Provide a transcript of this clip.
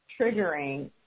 triggering